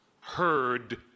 heard